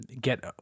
get